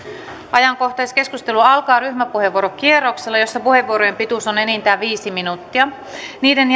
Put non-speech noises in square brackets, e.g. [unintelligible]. ajankohtaiskeskustelu alkaa ryhmäpuheenvuorokierroksella jossa puheenvuorojen pituus on enintään viisi minuuttia niiden [unintelligible]